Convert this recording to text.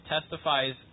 testifies